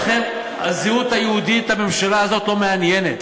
הזהות היהודית, את הממשלה הזאת לא מעניינת.